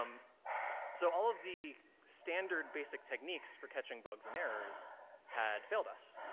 um so all of the standard, basic techniques for catching bugs and errors had failed us.